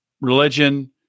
religion